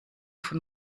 von